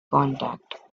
contact